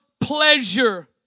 pleasure